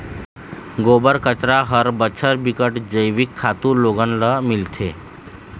गोबर, कचरा हर बछर बिकट जइविक खातू लोगन ल मिलथे